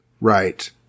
Right